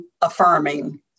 affirming